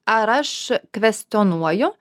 ar aš kvestionuoju